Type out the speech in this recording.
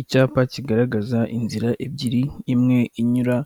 Icyapa kigaragaza inzira ebyiri, imwe inyura